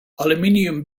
aluminium